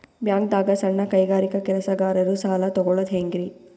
ಬ್ಯಾಂಕ್ದಾಗ ಸಣ್ಣ ಕೈಗಾರಿಕಾ ಕೆಲಸಗಾರರು ಸಾಲ ತಗೊಳದ್ ಹೇಂಗ್ರಿ?